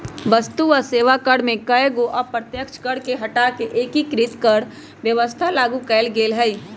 वस्तु आ सेवा कर में कयगो अप्रत्यक्ष कर के हटा कऽ एकीकृत कर व्यवस्था लागू कयल गेल हई